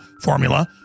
formula